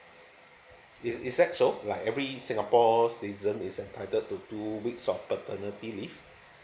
is is that so like every singapore citizen is entitled to two weeks of paternity leave